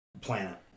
planet